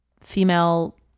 female